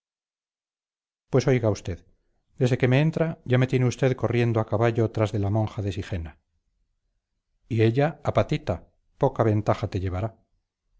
pues oiga usted desde que me entra ya me tiene usted corriendo a caballo tras de la monja de sigena y ella a patita poca ventaja te llevará